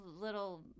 little